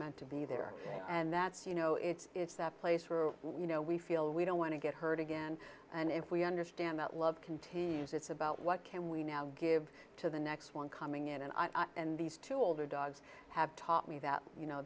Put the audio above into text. meant to be there and that's you know it's that place where you know we feel we don't want to get hurt again and if we understand that love continues it's about what can we now give to the next one coming in and i and these two older dogs have taught me that you know